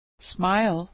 Smile